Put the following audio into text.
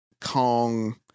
Kong